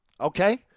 okay